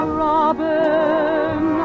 robin